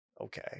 Okay